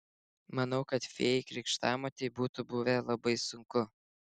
manau kad fėjai krikštamotei būtų buvę labai sunku